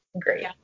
great